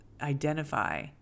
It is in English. identify